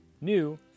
new